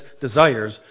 desires